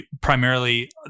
primarily